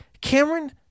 cameron